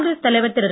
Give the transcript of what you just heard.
காங்கிரஸ் தலைவர் திரு